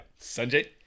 Sanjay